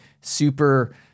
super